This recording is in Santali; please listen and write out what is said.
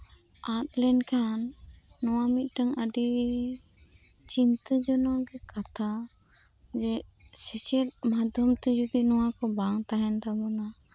ᱟᱫ ᱞᱮᱱᱠᱷᱟᱱ ᱱᱚᱣᱟ ᱢᱤᱫᱴᱟᱱ ᱟᱹᱰᱤ ᱪᱤᱱᱛᱟᱹ ᱡᱚᱱᱚᱠ ᱠᱟᱛᱷᱟ ᱡᱮ ᱥᱤᱥᱤᱨ ᱢᱟᱫᱽᱫᱷᱚᱢ ᱛᱮ ᱡᱚᱫᱤ ᱱᱚᱣᱟ ᱠᱚ ᱵᱟᱝ ᱛᱟᱦᱮᱱ ᱛᱟᱵᱚᱱᱟ